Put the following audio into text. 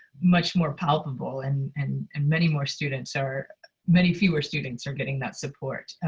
much more palpable. and and and many more students are many fewer students are getting that support